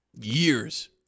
years